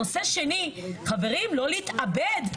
נושא שני, חברים, לא להתאבד.